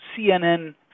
CNN